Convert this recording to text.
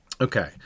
okay